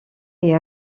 est